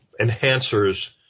enhancers